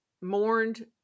mourned